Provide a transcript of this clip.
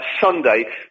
Sunday